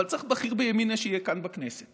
אבל צריך בכיר בימינה שיהיה כאן בכנסת.